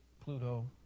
Pluto